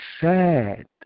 sad